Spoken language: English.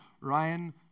Ryan